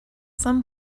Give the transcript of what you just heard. some